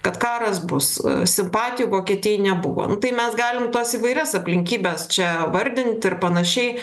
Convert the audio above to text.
kad karas bus simpatijų vokietijai nebuvo tai mes galim tuos įvairias aplinkybes čia vardint ir panašiai